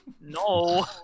No